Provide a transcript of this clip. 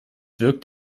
wirkt